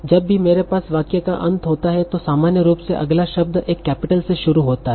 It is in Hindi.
जब भी मेरे पास वाक्य का अंत होता है तो सामान्य रूप से अगला शब्द एक कैपिटल से शुरू होता है